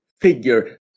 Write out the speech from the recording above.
figure